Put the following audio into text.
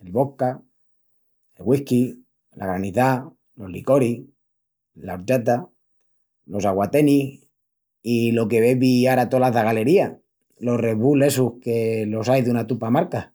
el vodka, el whisky, la granizá, los licoris, la orchata, los aguatenis i lo que bebi ara tola zagalería, los red bull essus que los ai duna tupa marcas..